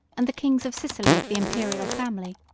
and the kings of sicily of the imperial family.